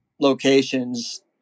locations